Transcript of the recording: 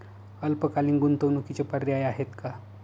अल्पकालीन गुंतवणूकीचे पर्याय आहेत का?